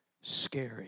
scary